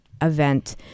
event